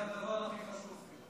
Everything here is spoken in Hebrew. זה הדבר הכי חשוב.